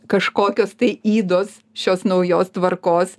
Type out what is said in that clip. kažkokios tai ydos šios naujos tvarkos